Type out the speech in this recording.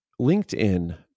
LinkedIn